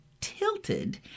tilted